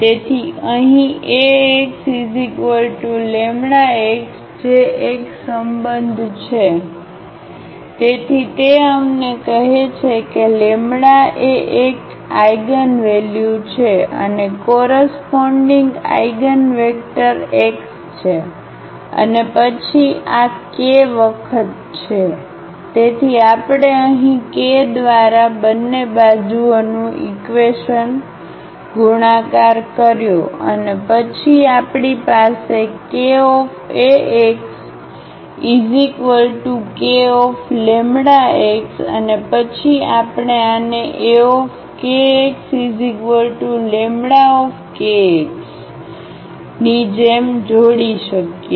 તેથી અહીં Ax λx જે એક સબંધ છે તેથી તે અમને કહે છે કે એક eigenvalue છે અને કોરસપોન્ડીગ આઇગનવેક્ટર x છે અને પછી આ k વખત છે તેથી આપણે અહીં k દ્વારા બંને બાજુઓનું ઈક્વેશન ગુણાકાર કર્યું અને પછી આપણી પાસે⇒kAxkλx અને પછી આપણે આને Akxλ ની જેમ જોડી શકીએ